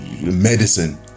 medicine